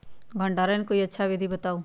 भंडारण के कोई अच्छा विधि बताउ?